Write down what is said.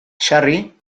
sarri